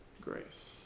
grace